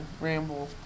ramble